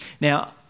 Now